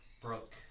broke